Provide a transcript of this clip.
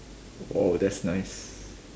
that's nice